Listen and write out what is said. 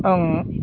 आं